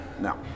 Now